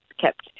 kept